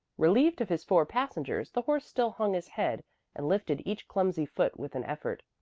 relieved of his four passengers the horse still hung his head and lifted each clumsy foot with an effort.